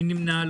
מי נמנע?